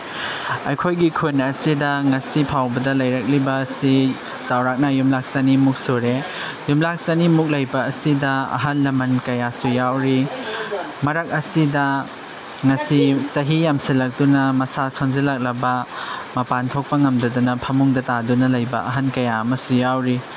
ꯑꯩꯈꯣꯏꯒꯤ ꯈꯨꯟ ꯑꯁꯤꯗ ꯉꯁꯤ ꯐꯥꯎꯕꯗ ꯂꯩꯔꯛꯂꯤꯕ ꯑꯁꯤ ꯆꯧꯔꯥꯛꯅ ꯌꯨꯝꯅꯥꯛ ꯆꯅꯤꯃꯨꯛ ꯁꯨꯔꯦ ꯌꯨꯝꯅꯥꯛ ꯆꯅꯤꯃꯨꯛ ꯂꯩꯕ ꯑꯁꯤꯗ ꯑꯍꯟ ꯂꯃꯟ ꯀꯌꯥꯁꯨ ꯌꯥꯎꯔꯤ ꯃꯔꯛ ꯑꯁꯤꯗ ꯉꯁꯤ ꯆꯍꯤ ꯌꯥꯝꯁꯤꯜꯂꯛꯇꯨꯅ ꯃꯁꯥ ꯁꯣꯛꯖꯤꯟꯂꯛꯂꯕ ꯃꯄꯥꯟ ꯊꯣꯛꯄ ꯉꯝꯗꯗꯅ ꯐꯃꯨꯡꯗ ꯇꯥꯗꯨꯅ ꯑꯍꯟ ꯀꯌꯥ ꯑꯃꯁꯨ ꯌꯥꯎꯔꯤ